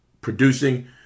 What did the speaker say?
producing